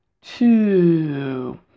two